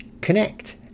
connect